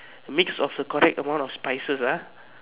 mix of the correct amount of spices ah